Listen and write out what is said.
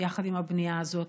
חלילה, יחד עם הבנייה הזאת.